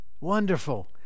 wonderful